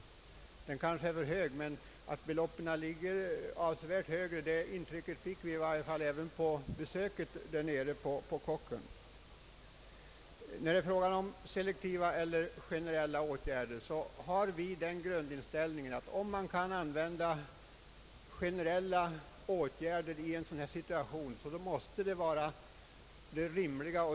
Den siffran är kanske för hög, men att det rör sig om ett betydligt större belopp än det statsrådet nämnde fick vi ett intryck av vid vårt besök hos Kockum. När det gäller selektiva eller generella åtgärder har vi den grundinställningen att det måste vara rimligt och riktigt att använda generella åtgärder i nu rådande situation. Då snedvrids inte konkurrensen.